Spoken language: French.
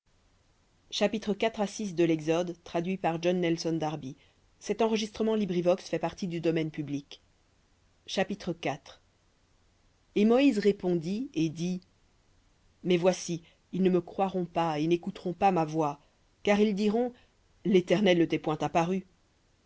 chapitre et moïse répondit et dit mais voici ils ne me croiront pas et n'écouteront pas ma voix car ils diront l'éternel ne t'est point apparu